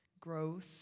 growth